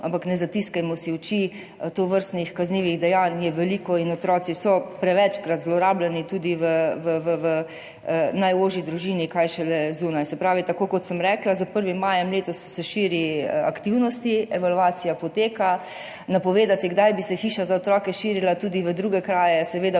ampak ne zatiskajmo si oči, tovrstnih kaznivih dejanj je veliko in otroci so prevečkrat zlorabljeni, tudi v najožji družini, kaj šele zunaj. Se pravi, tako kot sem rekla, s 1. majem letos se širijo aktivnosti, evalvacija poteka, napovedati, kdaj bi se Hiša za otroke širila tudi v druge kraje, je seveda